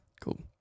Cool